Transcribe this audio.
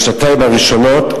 בשנתיים הראשונות,